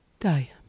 Die